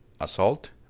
assault